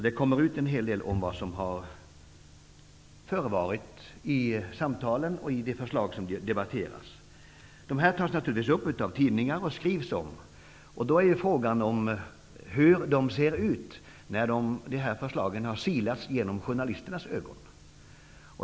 Det kommer ut en hel del om vad som har förevarit i samtalen och i de förslag som debatteras. Det här tas naturligtvis upp av tidningar och skrivs om, och då är frågan hur förslagen ser ut när de har silats genom journalisternas ögon.